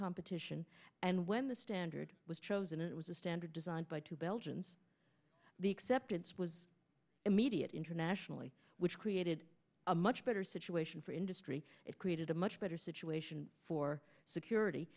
competition and when the standard was chosen it was a standard designed by two belgians the excepted was immediate internationally which created a much better situation for industry it created a much better situation for security